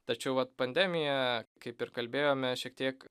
tačiau vat pandemija kaip ir kalbėjome šiek tiek